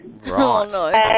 Right